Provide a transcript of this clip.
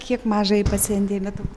kiek mažajai pacientei metukų